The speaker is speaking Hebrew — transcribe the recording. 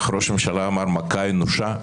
ראש הממשלה אמר מכה אנושה.